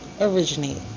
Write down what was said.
originate